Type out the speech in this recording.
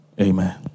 amen